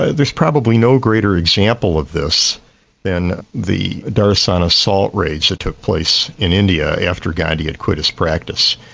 ah there's probably no greater example of this than the darshana salt raids that took place in india after gandhi had quit his practice.